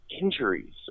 injuries